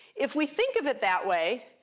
if we think of it that way,